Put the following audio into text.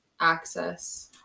access